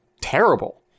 terrible